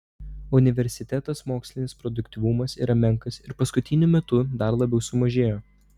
universitetas mokslinis produktyvumas yra menkas ir paskutiniu metu dar labiau sumažėjo